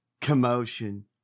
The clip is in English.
Commotion